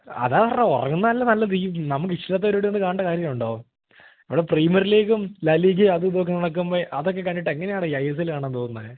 അതാണ് പറഞ്ഞത് ഉറങ്ങുന്നതല്ലേ നല്ലത് ഈ നമുക്കിഷ്ടമല്ലാത്ത പരിപാടി വന്ന് കാണേണ്ട കാര്യമുണ്ടോ ഇവിടെ പ്രീമിയർ ലീഗും ലലിഗയും അതുമിതുമൊക്കെ നടക്കുമ്പോള് അതൊക്കെ കണ്ടിട്ട് എങ്ങനെയാടാ ഈ ഐ എസ് എൽ കാണാൻ തോന്നുന്നത്